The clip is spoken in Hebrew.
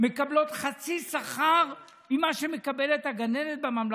מקבלות חצי שכר ממה שמקבלת הגננת בממלכתי?